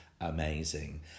Amazing